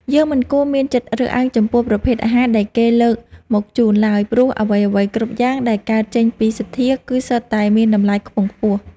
យើងមិនគួរមានចិត្តរើសអើងចំពោះប្រភេទអាហារដែលគេលើកមកជូនឡើយ ព្រោះ អ្វីៗគ្រប់យ៉ាងដែលកើតចេញពីសទ្ធា គឺសុទ្ធតែមានតម្លៃខ្ពង់ខ្ពស់។